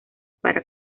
para